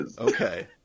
Okay